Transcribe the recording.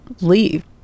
leave